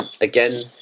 again